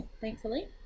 thankfully